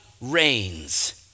reigns